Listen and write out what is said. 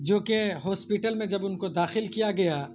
جو کہ ہاسپٹل میں جب ان کو داخل کیا گیا